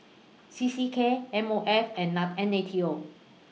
C C K M O F and N A T O